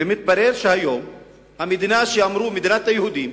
מתברר שהיו במדינה שאמרו: מדינת היהודים,